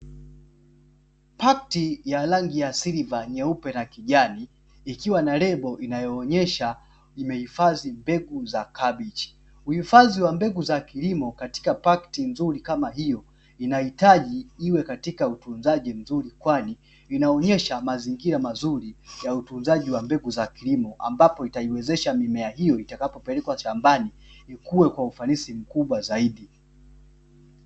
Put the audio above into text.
Pakiti ya rangi ya silva, nyeupe na kijani ikiwa na lebo inayoonesha imehifadhi mbegu za kabichi. Uhifadhi wa mbegu za kilimo katika pakiti nzuri kama hiyo inahitaji iwe katika utunzaji mzuri kwani inaonesha mazingira mazuri ya utunzaji wa mbegu za kilimo ambapo itaiwezesha mimea hiyo pindi itakapopelekwa shambani ikue kwa ufanisi mkubwa zaidi.